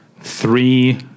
three